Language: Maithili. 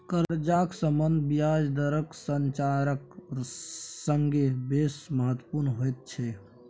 कर्जाक सम्बन्ध ब्याज दरक संरचनाक संगे बेस महत्वपुर्ण होइत छै